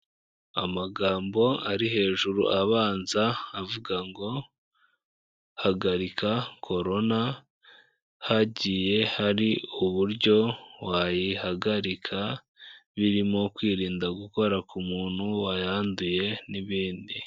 Amagambo ari hejuru abanza avuga ngo hagarika korona, hagiye hari uburyo wayihagarika birimo kwirinda gukora ku muntu wayanduye n'ibindi.